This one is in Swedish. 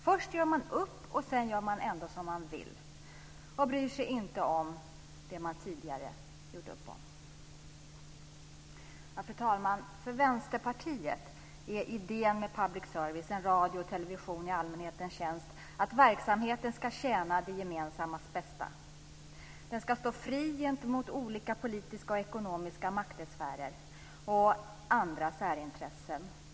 Först gör man upp, sedan gör man ändå som man vill och bryr sig inte om det man tidigare har gjort upp om. Fru talman! För Vänsterpartiet är idén med public service, en radio och television i allmänhetens tjänst, att verksamheten ska tjäna det gemensammas bästa. Den ska stå fri gentemot olika politiska och ekonomiska maktsfärer och andra särintressen.